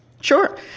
Sure